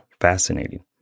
fascinating